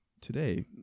today